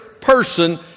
person